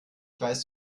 weiß